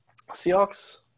Seahawks